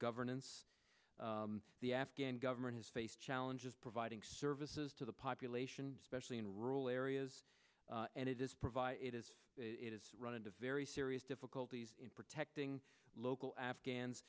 governance the afghan government has faced challenges providing services to the population especially in rural areas and it does provide it is it is run into very serious difficulties in protecting local afghans